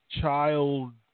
child